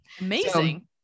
Amazing